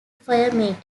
affirmative